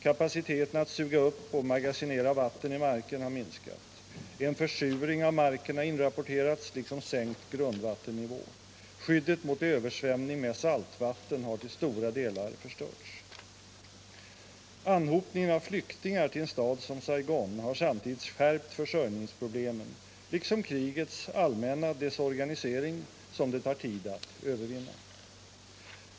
Kapaciteten att suga upp och magasinera vatten i marken har minskat. En försurning av marken har inrapporterats liksom sänkt grundvattennivå. Skyddet mot översvämning av saltvatten har till stora delar förstörts. Anhopningen av flyktingar till en stad som Saigon har samtidigt skärpt försörjningsproblemen, liksom krigets allmänna desorganisering som det tar tid att övervinna.